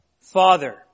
Father